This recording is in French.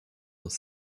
dans